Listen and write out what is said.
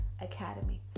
Academy